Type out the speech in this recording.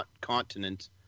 continent